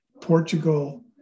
Portugal